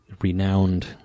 renowned